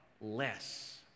less